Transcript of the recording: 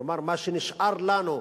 כלומר, מה שנשאר לנו,